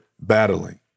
battling